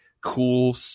cool